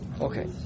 Okay